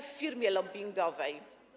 w firmie lobbingowej.